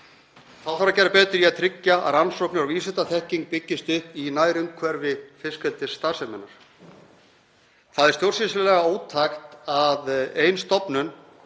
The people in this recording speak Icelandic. Þá þarf að gera betur í að tryggja að rannsóknir og vísindaþekking byggist upp í nærumhverfi fiskeldisstarfseminnar. Það er stjórnsýslulega ótækt að ein stofnun,